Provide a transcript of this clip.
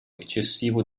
eccessivo